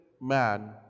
man